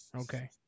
okay